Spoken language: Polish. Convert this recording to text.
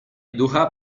ducha